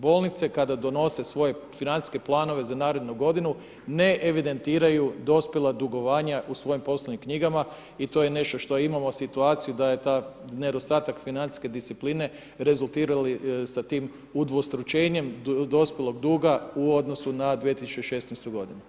Bolnice kada donose svoje financijske planove za narednu godinu ne evidentiraju dospjela dugovanja u svojim poslovnim knjigama i to je nešto što imamo situaciju da je ta nedostatak financijske discipline rezultirali sa tim udvostručenjem dospjelog duga u odnosu na 2016. godinu.